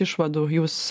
išvadų jūs